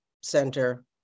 Center